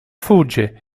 fugge